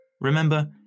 Remember